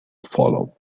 follow